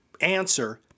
answer